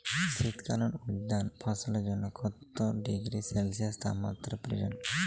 শীত কালীন উদ্যান ফসলের জন্য কত ডিগ্রী সেলসিয়াস তাপমাত্রা প্রয়োজন?